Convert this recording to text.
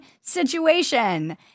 situation